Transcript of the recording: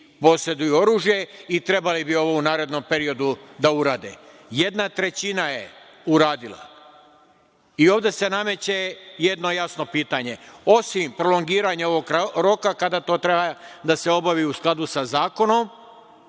poseduju oružje i trebali bi ovo u narednom periodu da urade. Jedna trećina je uradila i ovde se nameće jedno jasno pitanje, osim prolongiranja ovog roka, kada to treba da se obavi u skladu sa zakonom,